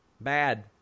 Bad